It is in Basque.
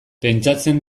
pentsatzen